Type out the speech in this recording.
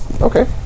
Okay